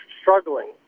struggling